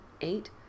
eight